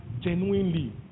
genuinely